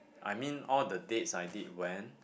I mean all the dates I did went